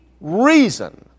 reason